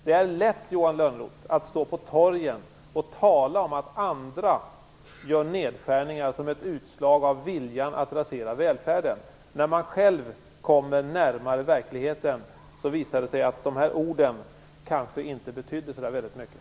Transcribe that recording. Det är lätt, Johan Lönnroth, att stå på torgen och tala om andras nedskärningar som ett utslag av deras vilja att rasera välfärden, men när man själv kommer närmare verkligheten betyder de orden kanske inte så väldigt mycket.